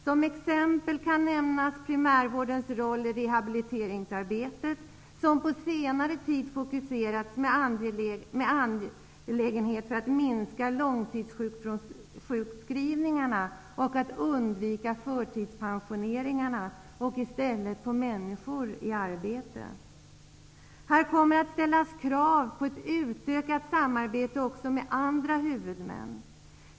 Som exempel kan nämnas primärvårdens roll i rehabiliteringsarbetet, som på senare tid koncentrerats på att minska långtidssjukskrivningarna och undvika förtidspensioneringarna och i stället få människor i arbete. Det kommer att ställas krav på ett utökat samarbete också med andra huvudmän.